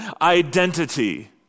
identity